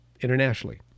internationally